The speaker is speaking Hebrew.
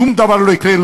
שום דבר לא יקרה,